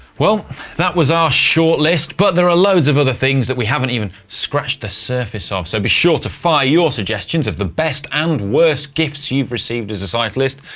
that was our shortlist, but there are loads of other things that we haven't even scratched the surface off. so be sure to fire your suggestions of the best and worst gifts you've received as a cyclist,